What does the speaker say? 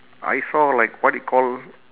I saw like what you call